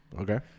Okay